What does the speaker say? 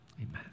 Amen